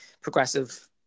progressive